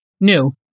new